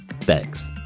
Thanks